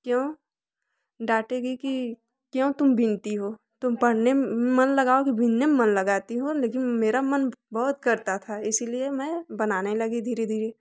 क्यों डटेगी की क्यों तुम भींगती हो तुम पढ़ने मन लगाओगी कि भींनने में मन लगाती हो लेकिन मेरा मन बहुत करता था इसीलिए मैं बनाने लगी धीरे धीरे